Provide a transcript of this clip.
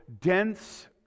dense